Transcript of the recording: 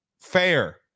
Fair